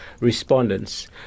respondents